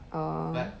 orh